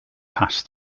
pass